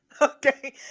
okay